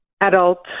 adult